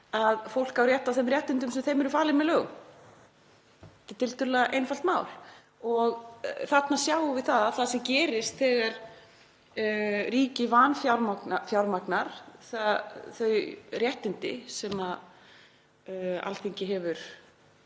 að fólk á rétt á þeim réttindum sem því eru falin með lögum. Þetta er tiltölulega einfalt mál. Þarna sjáum við að það sem gerist þegar ríki vanfjármagnar þau réttindi sem Alþingi hefur